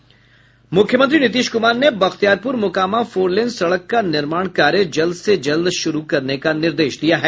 मुख्यमंत्री नीतीश कुमार ने बख्तियारपुर मोकामा फोरलेन सड़क का निर्माण कार्य जल्द से जल्द शुरू करने का निर्देश दिया है